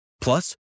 Plus